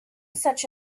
such